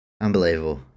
Unbelievable